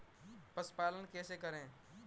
पशुपालन कैसे करें?